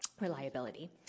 reliability